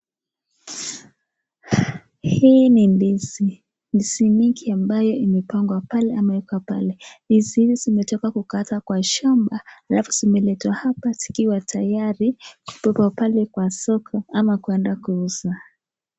Hii ni ndizi, ndizi mingi ambayo imepangwa pale imeekwa pale. Ndizi hizi zimetoka kukatwa kwa shamba, halafu zimeletwa hapa zikiwa tayari, kubebwa pale kwa soko ama kuenda kuuzwa.